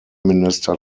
minister